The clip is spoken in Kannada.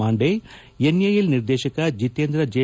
ಮಾಂಡೆ ಎನ್ಎಎಲ್ ನಿರ್ದೇಶಕ ಜತೇಂದ್ರ ಜೆ